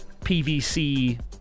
PVC